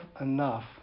enough